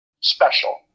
special